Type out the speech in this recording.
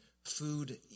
Food